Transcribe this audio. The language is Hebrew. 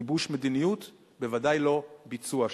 גיבוש מדיניות, בוודאי לא ביצוע שלה.